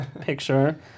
picture